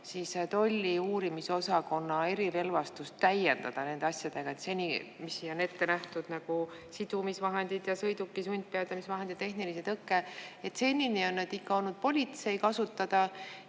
tolli uurimisosakonna erirelvastust täiendada nende asjadega? Seni, mis siia on ette nähtud, nagu sidumisvahendid ja sõiduki sundpeatamise vahendid, tehniline tõke, senini on need ikka olnud politsei kasutada